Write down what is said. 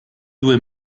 due